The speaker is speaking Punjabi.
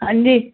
ਹਾਂਜੀ